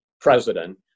president